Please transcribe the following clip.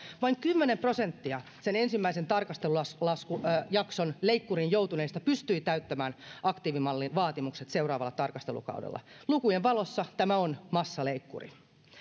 vain kymmenen prosenttia ensimmäisen tarkastelujakson leikkuriin joutuneista pystyi täyttämään aktiivimallin vaatimukset seuraavalla tarkastelukaudella lukujen valossa tämä on massaleikkuri